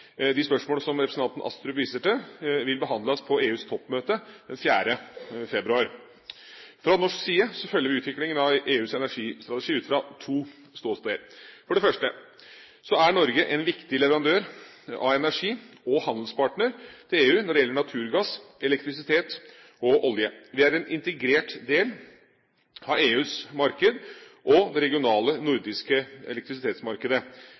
De spørsmål som representanten Astrup viser til, vil behandles på EUs toppmøte den 4. februar. Fra norsk side følger vi utviklingen av EUs energistrategi ut fra to ståsteder. For det første er Norge en viktig leverandør av energi og handelspartner til EU når det gjelder naturgass, elektrisitet og olje. Vi er en integrert del av EUs marked og det regionale nordiske elektrisitetsmarkedet.